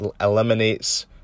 eliminates